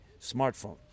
smartphone